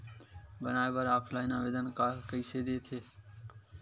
बनाये बर ऑफलाइन आवेदन का कइसे दे थे?